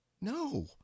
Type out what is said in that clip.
No